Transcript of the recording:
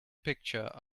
picture